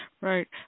Right